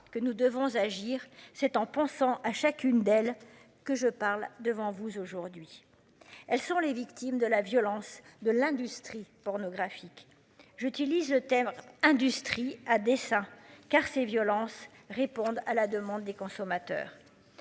que nous devons agir. C'est en pensant à chacune d'elle que je parle devant vous aujourd'hui, elles sont les victimes de la violence de l'industrie pornographique, j'utilise le thème industrie à dessein car ces violences répondre à la demande des consommateurs.